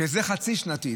וזה חצי-שנתי.